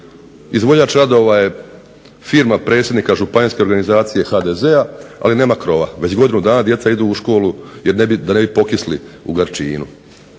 Izvođač radova je firma predsjednika Županijske organizacije HDZ-a, ali nema krova. Već godinu dana djeca idu u školu da ne bi pokisli u Garčinu.